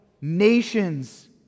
Nations